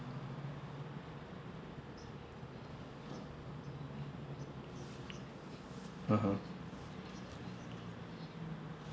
(uh huh)